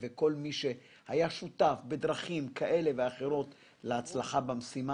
לכל מי שהיה שותף בדרכים כאלו ואחרות להצלחה במשימה,